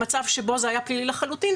למצב שבו זה היה פלילי לחלוטין,